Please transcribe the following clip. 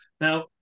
Now